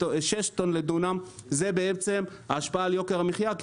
לדונם זה בעצם ההשפעה על יוקר המחיה,